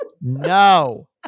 no